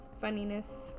funniness